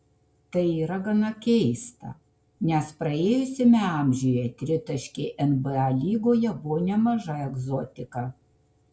tai yra gana keista nes praėjusiame amžiuje tritaškiai nba lygoje buvo nemaža egzotika